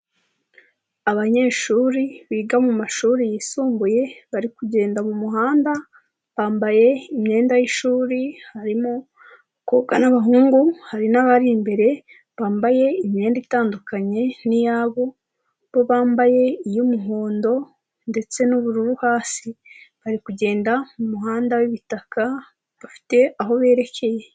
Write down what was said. Abanyeshuri biga mu mashuri yisumbuye bari kugenda mu muhanda, bambaye imyenda y'ishuri, harimo abakobwa n'abahungu, hari n'abari imbere bambaye imyenda itandukanye n'iyabo, bo bambaye iy'umuhondo ndetse n'ubururu hasi, bari kugenda mu 'muhanda wibitaka bafite aho berekeye.